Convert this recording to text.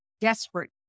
desperate